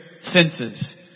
senses